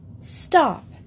Stop